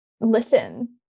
listen